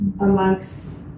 amongst